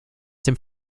dem